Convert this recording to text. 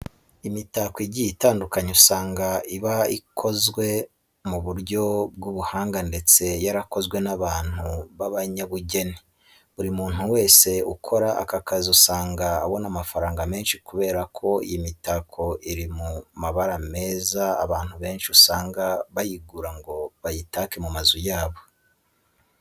Imitako igiye itandukakanye usanga iba ikozwe mu buryo bw'ubuhanga ndetse yarakozwe n'abantu b'abanyabugeni. Buri muntu wese ukora aka kazi usanga abona amafaranga menshi kubera ko iyi mitako iri mu mabara meza abantu benshi usanga bayigura ngo bayitake mu mazu yabo.